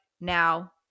now